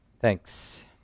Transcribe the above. Thanks